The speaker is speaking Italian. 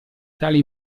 tali